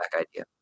idea